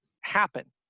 happen